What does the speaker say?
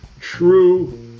true